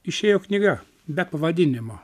išėjo knyga be pavadinimo